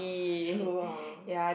uh true hor